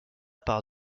par